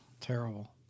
terrible